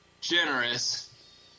generous